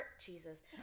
Jesus